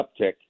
uptick